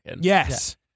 Yes